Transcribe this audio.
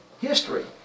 history